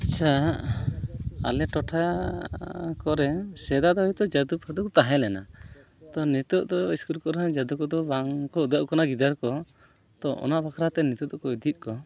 ᱟᱪᱪᱷᱟ ᱟᱞᱮ ᱴᱚᱴᱷᱟ ᱠᱚᱨᱮ ᱥᱮᱫᱟᱭ ᱫᱚ ᱦᱚᱭᱛᱚ ᱡᱟᱫᱩ ᱯᱷᱟᱫᱩ ᱛᱟᱦᱮᱸ ᱞᱮᱱᱟ ᱛᱚ ᱱᱤᱛᱚᱜ ᱫᱚ ᱤᱥᱠᱩᱞ ᱠᱚᱨᱮ ᱦᱚᱸ ᱡᱟᱫᱩ ᱠᱚᱫᱚ ᱵᱟᱝ ᱠᱚ ᱩᱫᱩᱜ ᱟᱠᱚ ᱠᱟᱱᱟ ᱜᱤᱫᱟᱹᱨ ᱠᱚ ᱛᱚ ᱚᱱᱟ ᱵᱟᱠᱷᱨᱟᱛᱮ ᱱᱤᱛᱳᱜ ᱫᱚᱠᱚ ᱤᱫᱤᱭᱮᱫ ᱠᱚᱣᱟ